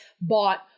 bought